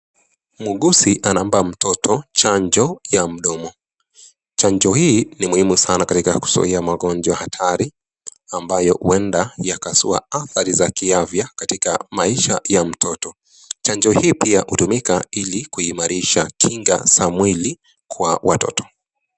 Muuguzi anaomba mtoto chanjo ya mdomo, chanjo hii ni muhimu sana katika kuzuia magonjwa hatari ambayo huenda yakazua athari za kiafya katika maisha ya mtoto. Chanjo hii pia hutumika ili kuimarisha kinga za mwili kwa watoto.